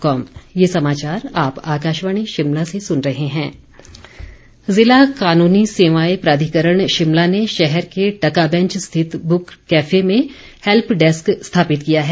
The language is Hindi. कानूनी सेवाएं ज़िला कानूनी सेवाएं प्राधिकरण शिमला ने शहर के टका बैंच स्थित बुक कैफे में हैल्प डैस्क स्थापित किया है